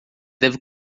deve